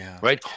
right